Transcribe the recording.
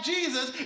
Jesus